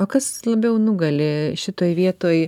o kas labiau nugali šitoj vietoj